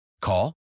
Call